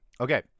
Okay